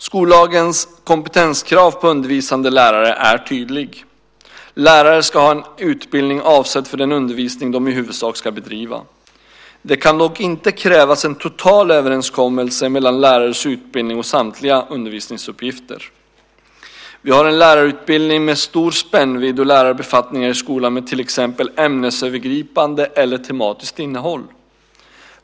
Skollagens kompetenskrav på undervisande lärare är tydligt. Lärare ska ha en utbildning avsedd för den undervisning de i huvudsak ska bedriva. Det kan dock inte krävas en total överensstämmelse mellan lärares utbildning och samtliga undervisningsuppgifter. Vi har en lärarutbildning med stor spännvidd och lärarbefattningar i skolan med till exempel ämnesövergripande eller tematiskt innehåll.